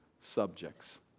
subjects